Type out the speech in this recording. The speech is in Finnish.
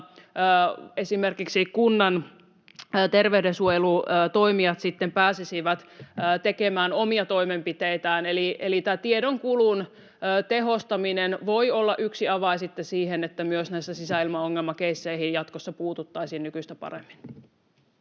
esimerkiksi kunnan terveydensuojelutoimijat sitten pääsisivät tekemään omia toimenpiteitään. Eli tämä tiedonkulun tehostaminen voi olla yksi avain siihen, että myös näihin sisäilmaongelmakeisseihin jatkossa puututtaisiin nykyistä paremmin.